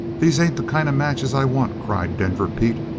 these ain't the kind of matches i want! cried denver pete,